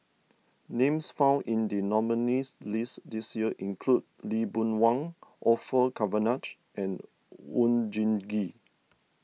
names found in the nominees' list this year include Lee Boon Wang Orfeur Cavenagh and Oon Jin Gee